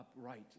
upright